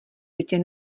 bytě